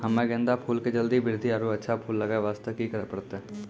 हम्मे गेंदा के फूल के जल्दी बृद्धि आरु अच्छा फूल लगय वास्ते की करे परतै?